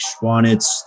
Schwanitz